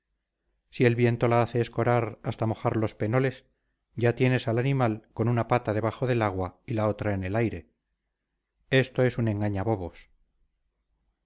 si el viento la hace escorar hasta mojar los penoles ya tienes al animal con una pata debajo del agua y la otra en el aire esto es un engaña bobos